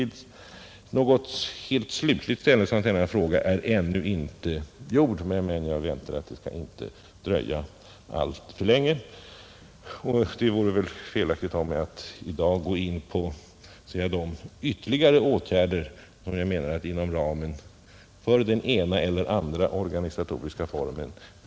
Någon helt slutlig ställning till denna fråga har ännu inte tagits, men jag väntar att det inte skall dröja alltför länge. Det vore väl felaktigt av mig att i dag närmare gå in på de ytterligare åtgärder som jag menar blir aktuella inom ramen för den ena eller andra organisatoriska formen.